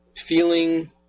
Feeling